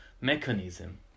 mechanism